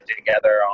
together